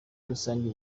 rusange